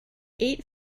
eight